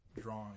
drawing